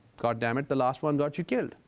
goddammit, the last one got you killed.